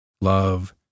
love